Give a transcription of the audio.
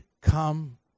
come